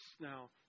Now